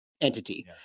entity